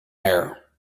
air